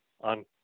on